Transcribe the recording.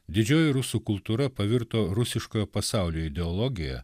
didžioji rusų kultūra pavirto rusiškojo pasaulio ideologija